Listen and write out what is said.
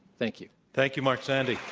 thank you. thank you, mark zandi.